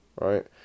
right